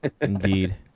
Indeed